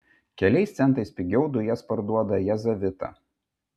keliais centais pigiau dujas parduoda jazavita